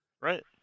right